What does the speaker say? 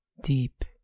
deep